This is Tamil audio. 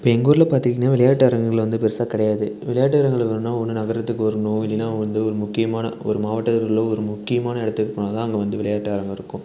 இப்போ எங்கள் ஊரில் பார்த்தீங்கன்னா விளையாட்டு அரங்கங்கள் வந்து பெருசாக கிடையாது விளையாட்டு அரங்கங்கள் வேணுன்னால் ஒன்று நகரத்துக்கு வரணும் இல்லைன்னா வந்து ஒரு முக்கியமான ஒரு மாவட்டத்தில் உள்ள ஒரு முக்கியமான இடத்துக்கு போனால் தான் அங்கே வந்து விளையாட்டு அரங்கம் இருக்கும்